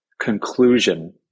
conclusion